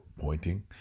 pointing